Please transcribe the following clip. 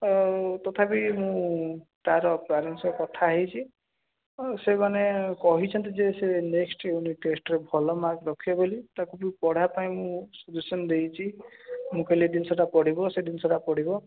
ଆଉ ତଥାପି ମୁଁ ତା'ର ପ୍ୟାରେଣ୍ଟ୍ସ ସହ କଥା ହୋଇଛି ଆଉ ସେମାନେ କହିଛନ୍ତି ଯେ ସେ ନେକ୍ସଟ ୟୁନିଟ୍ ଟେଷ୍ଟ୍ରେ ଭଲ ମାର୍କ୍ ରଖିବ ବୋଲି ତାକୁ ବି ପଢ଼ା ପାଇଁ ମୁଁ ସଲ୍ୟୁସନ୍ ଦେଇଛି ମୁଁ କହିଲି ଏଇ ଜିନିଷଟା ପଡ଼ିବ ସେଇ ଜିନିଷଟା ପଡ଼ିବ